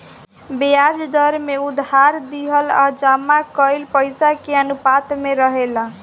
ब्याज दर में उधार दिहल आ जमा कईल पइसा के अनुपात में रहेला